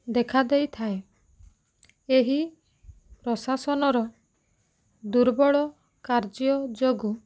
ଦେଖା ଦେଇଥାଏ ଏହି ପ୍ରଶାସନର ଦୁର୍ବଳ କାର୍ଯ୍ୟ ଯୋଗୁ